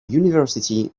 university